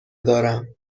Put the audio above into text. دارم